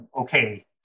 okay